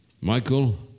Michael